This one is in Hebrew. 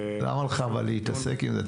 למה לך להתעסק עם זה?